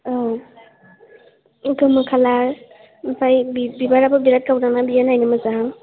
औ एथमिख खालार ओमफ्राय बिबाराबो बिराद गावदां ना बिराद नायनो मोजां